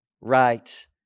right